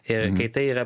ir kai tai yra